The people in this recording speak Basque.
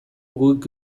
guk